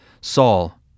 Saul